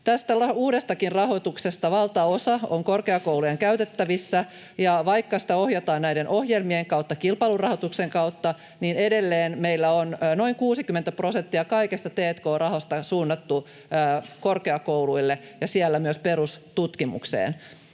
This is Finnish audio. Tästä uudestakin rahoituksesta valtaosa on korkeakoulujen käytettävissä, ja vaikka sitä ohjataan näiden ohjelmien kautta, kilpailun rahoituksen kautta, niin edelleen meillä on noin 60 prosenttia kaikesta t&k-rahasta suunnattu korkeakouluille ja siellä myös perustutkimukseen.